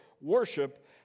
worship